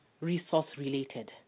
resource-related